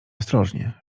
ostrożnie